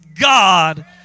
God